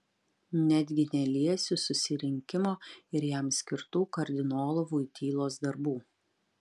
netgi neliesiu susirinkimo ir jam skirtų kardinolo voitylos darbų